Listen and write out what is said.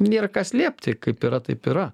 nėra ką slėpti kaip yra taip yra